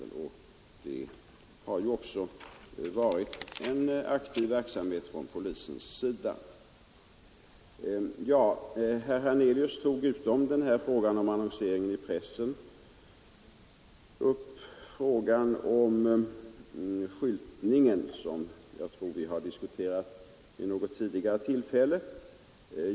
Det har ju också varit en aktiv verksamhet från polisens sida härvidlag. Herr Hernelius tog utom frågan om annonseringen i pressen upp frågan om skyltningen, som jag tror att vi har diskuterat vid något tidigare tillfälle.